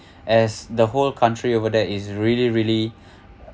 as the whole country over there is really really